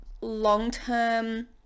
long-term